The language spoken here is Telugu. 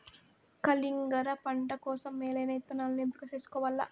కలింగర పంట కోసం మేలైన ఇత్తనాలను ఎంపిక చేసుకోవల్ల